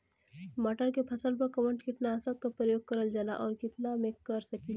मटर के फसल पर कवन कीटनाशक क प्रयोग करल जाला और कितना में कर सकीला?